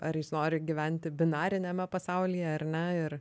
ar jis nori gyventi binariniame pasaulyje ar ne ir